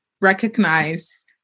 recognize